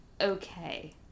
Okay